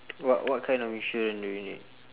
what what kind of insurance do you need